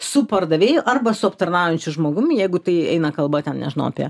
su pardavėju arba su aptarnaujančiu žmogum jeigu tai eina kalba ten nežinau apie